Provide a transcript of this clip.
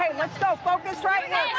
let's go focus. like